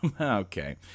Okay